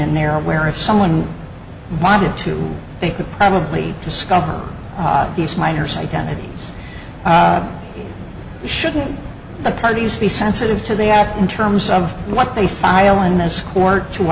in there where if someone wanted to they could probably discover these miners identities shouldn't the parties be sensitive to the act in terms of what they file on that score to